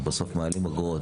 אנחנו בסוף מעלים אגרות,